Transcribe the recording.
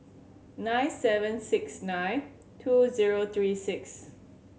nine seven six nine two zero three six